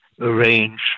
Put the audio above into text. arrange